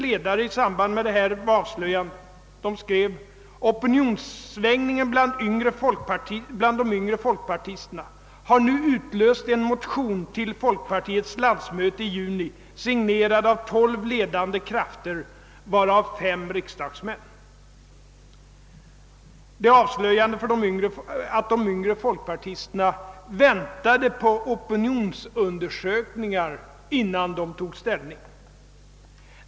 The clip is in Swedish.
med en avslöjande ledare: »Opinionssvängningen bland de yngre folkpartisterna har nu utlöst en motion till folkpartiets landsmöte i juni signerad av tolv ledande krafter, varav fem riksdagsmän.» Detta avslöjade att de yngre folkpartisterna väntat på opinionsundersökningar innan de tog ställning.